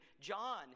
John